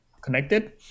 connected